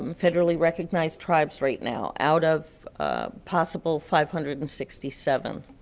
um federally recognized tribes right now out of possible five hundred and sixty seven.